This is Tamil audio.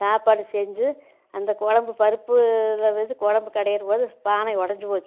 சாப்பாடு செஞ்சு அந்த குழம்பு பருப்பு குழம்பு கடையுறபோது பானை உடஞ்சு போச்சு